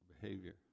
behavior